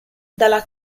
dalla